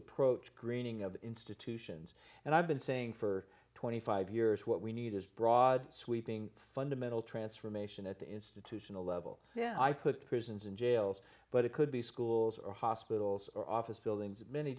approach greening of institutions and i've been saying for twenty five years what we need is broad sweeping fundamental transformation at the institutional level yeah i put prisons and jails but it could be schools or hospitals or office buildings many